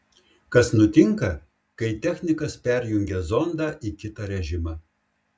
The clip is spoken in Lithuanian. kas nutinka kai technikas perjungia zondą į kitą režimą